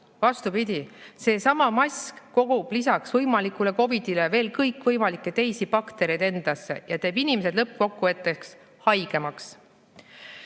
Vastupidi, seesama mask kogub endasse lisaks võimalikule COVID‑ile veel kõikvõimalikke teisi baktereid ja teeb inimesed lõppkokkuvõttes haigemaks.